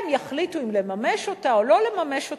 לא, אתה